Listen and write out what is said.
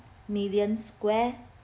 million square